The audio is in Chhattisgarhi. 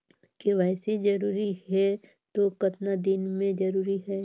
के.वाई.सी जरूरी हे तो कतना दिन मे जरूरी है?